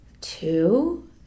two